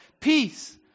Peace